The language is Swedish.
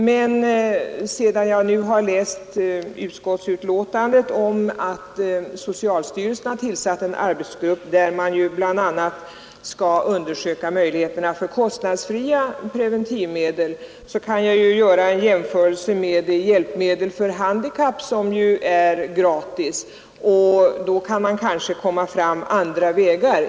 Men sedan jag nu i utskottets betänkande läst att socialstyrelsen tillsatt en arbetsgrupp som bl.a. skall undersöka möjligheterna för kostnadsfria preventivmedel, kan jag göra en jämförelse med de hjälpmedel för handikappade som är gratis. Då kan man kanske gå andra vägar.